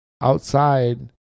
outside